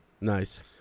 nice